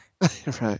Right